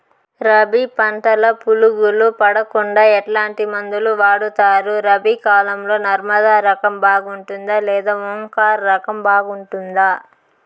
రబి పంటల పులుగులు పడకుండా ఎట్లాంటి మందులు వాడుతారు? రబీ కాలం లో నర్మదా రకం బాగుంటుందా లేదా ఓంకార్ రకం బాగుంటుందా?